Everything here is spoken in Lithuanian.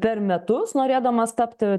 per metus norėdamas tapti